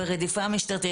ברדיפה משטרתית.